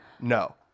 No